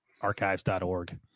archives.org